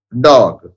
Dog